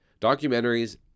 Documentaries